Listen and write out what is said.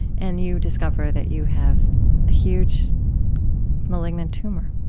and you discover that you have a huge malignant tumor,